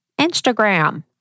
Instagram